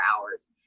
hours